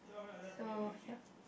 so ya